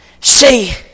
See